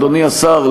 אדוני השר,